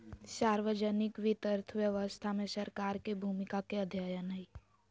सार्वजनिक वित्त अर्थव्यवस्था में सरकार के भूमिका के अध्ययन हइ